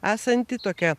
esanti tokia